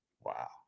Wow